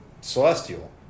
Celestial